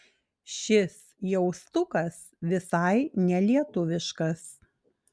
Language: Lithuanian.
šis jaustukas visai nelietuviškas